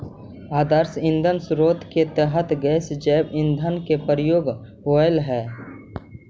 आदर्श ईंधन स्रोत के तरह गैस जैव ईंधन के प्रयोग होवऽ हई